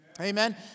Amen